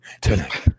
tonight